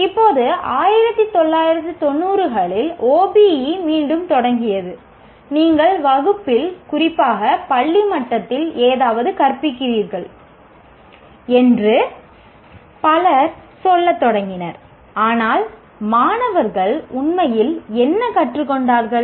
இப்போது 1990 களில் OBE மீண்டும் தொடங்கியது நீங்கள் வகுப்பில் குறிப்பாக பள்ளி மட்டத்தில் ஏதாவது கற்பிக்கிறீர்கள் என்று பலர் சொல்லத் தொடங்கினர் ஆனால் மாணவர்கள் உண்மையில் என்ன கற்றுக்கொண்டார்கள்